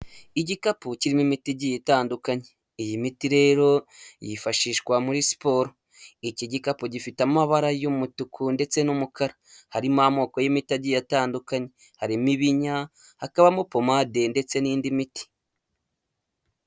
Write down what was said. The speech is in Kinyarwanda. Igikapu kirimo imiti igiye itandukanye. Iyi miti rero yifashishwa muri siporo, iki gikapu gifite amabara y'umutuku ndetse n'umukara, harimo amoko y'imiti agiye atandukanye harimo ibinya, hakabamo pomade ndetse n'indi miti.